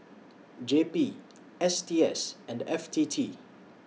J P S T S and F T T